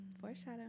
foreshadow